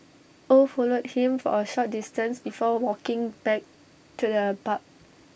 oh followed him for A short distance before walking back to the pub